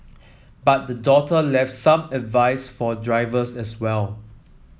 but the daughter left some advice for drivers as well